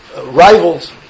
rivals